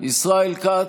ישראל כץ,